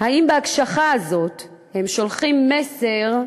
האם בהקשחה הזאת הם שולחים מסר,